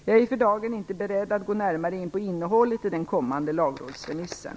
Jag är för dagen inte beredd att gå närmare in på innehållet i den kommande lagrådsremissen.